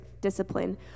discipline